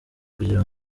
kugira